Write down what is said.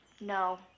No